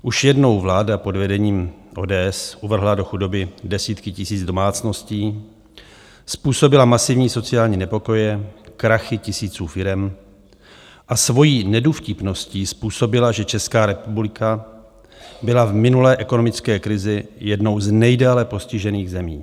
Už jednou vláda pod vedením ODS uvrhla do chudoby desítky tisíc domácností, způsobila masivní sociální nepokoje, krachy tisíců firem a svojí nedůvtipností způsobila, že Česká republika byla v minulé ekonomické krizi jednou z nejdéle postižených zemí.